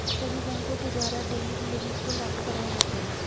सभी बैंकों के द्वारा डेली लिमिट को लागू कराया जाता है